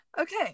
Okay